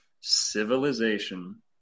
civilization